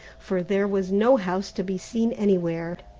for there was no house to be seen anywhere.